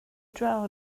draw